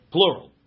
Plural